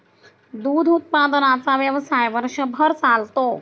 दूध उत्पादनाचा व्यवसाय वर्षभर चालतो